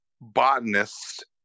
botanist